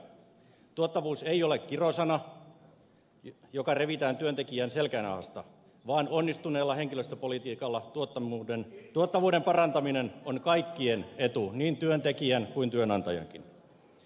tuottavuus ei ole kirosana jolla revitään työntekijän selkänahasta vaan onnistuneella henkilöstöpolitiikalla tuottavuuden parantaminen on kaikkien etu niin työntekijän kuin työnantajankin